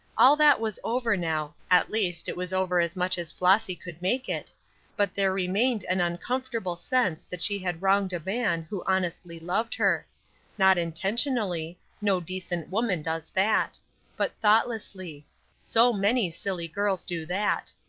all that was over now, at least it was over as much as flossy could make it but there remained an uncomfortable sense that she had wronged a man who honestly loved her not intentionally no decent woman does that but thoughtlessly so many silly girls do that.